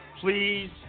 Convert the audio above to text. Please